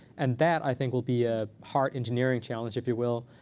and that, i think, will be a hard engineering challenge, if you will.